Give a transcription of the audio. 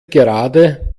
gerade